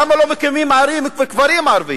למה לא מקימים כפרים ערביים?